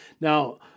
Now